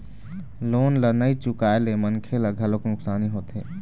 loan ल नइ चुकाए ले मनखे ल घलोक नुकसानी होथे